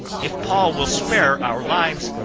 if paul will spare our lives,